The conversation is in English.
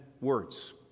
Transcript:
Words